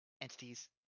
Entities